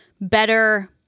better